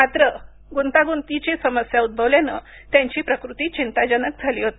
मात्र त्यांच्या गुंतागुंतीची समस्या उद्भवल्यानं त्यांची प्रकृती चिंताजनक झाली होती